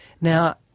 Now